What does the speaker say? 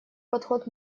подход